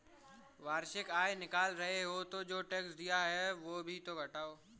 वार्षिक आय निकाल रहे हो तो जो टैक्स दिए हैं वो भी तो घटाओ